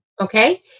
Okay